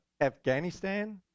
Afghanistan